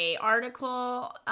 article